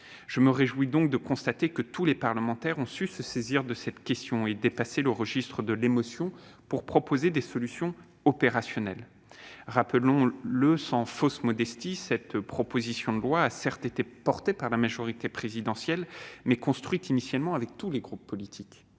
Je me réjouis donc de constater que tous les parlementaires ont su se saisir du sujet et dépasser le registre de l'émotion pour proposer des solutions opérationnelles. Rappelons-le sans fausse modestie : la présente proposition de loi a été, certes, portée par la majorité présidentielle, mais construite initialement avec tous les groupes politiques.